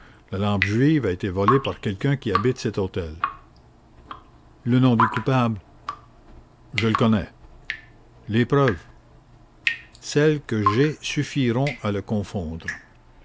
la lampe juive a été volée par quelqu'un qui habite cet hôtel le nom du coupable je le connais les preuves celles que j'ai suffiront à le confondre